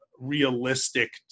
realistic